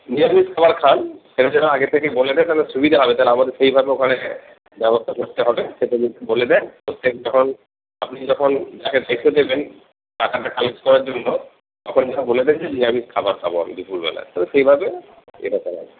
নিরামিষ খাবার খান সে যেন আগে থেকে বলে দেয় তাহলে সুবিধা হবে তাহলে আমদের সেইভাবে ওখানে ব্যবস্থা করতে হবে সে যেন বলে দেন যখন আপনি যখন যাকে দেখে দেবেন টাকাটা কালেক্ট করার জন্য তখন যেন বলে দেয় যে নিরামিষ খাবার খাবো আমি দুপুরবেলায় তো সেইভাবে ইয়েটা করা হবে